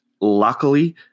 Luckily